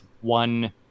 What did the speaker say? one